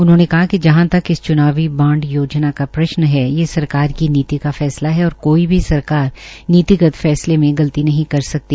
उन्होंने कहा कि जहां तक इस च्नावी बांड योजना का प्रश्न है ये सरकार की नीति का फैसला है और कोई भी सरकार नीतिगत फैसले में गलती नहीं कर सकती